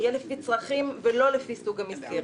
יהיה לפי צרכים ולא לפי סוג המסגרת.